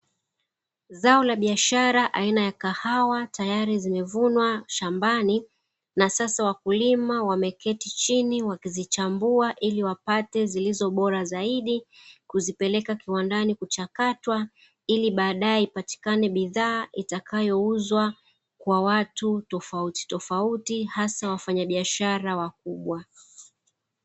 Zao la biashara aina ya kahawa tayari zimevunwa shambani na sasa wakulima wameketi chini wakizichambua ili wapate zilizo bora zaidi kuzipeleka kiwandani kuchakatwa ili baadae ipatikane bidhaa itakayouzwa kwa watu tofauti tofauti hasa wafanyabiashara wakubwa.